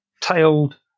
tailed